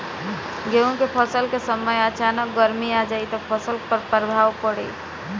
गेहुँ के फसल के समय अचानक गर्मी आ जाई त फसल पर का प्रभाव पड़ी?